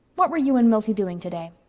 what were you and milty doing today?